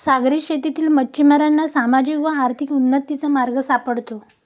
सागरी शेतीतील मच्छिमारांना सामाजिक व आर्थिक उन्नतीचा मार्ग सापडतो